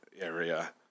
area